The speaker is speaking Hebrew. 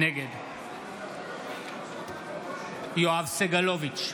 נגד יואב סגלוביץ'